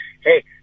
Hey